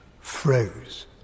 froze